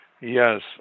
Yes